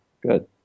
Good